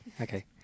Okay